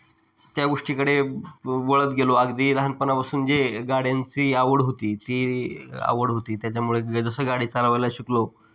त्या गोष्टीकडे वळत गेलो अगदी लहानपणापासून जे गाड्यांची आवड होती ती आवड होती त्याच्यामुळे जसं गाडी चालवायला शिकलो